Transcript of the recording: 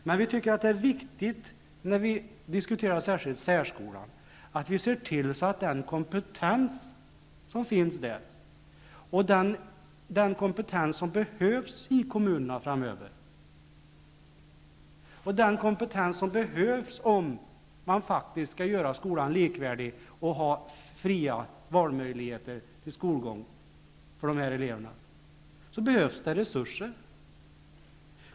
Men vi tycker att det är viktigt särskilt när det gäller särskolan att man ser till att den kompetens som finns där bevaras, något som behövs i kommunerna framöver om man skall göra skolan likvärdig och ge fri valmöjlighet när det gäller skolgång för dessa elever, och då behövs det resurser.